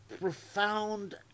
profound